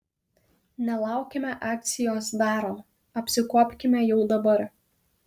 nelaukime akcijos darom apsikuopkime jau dabar